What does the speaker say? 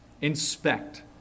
Inspect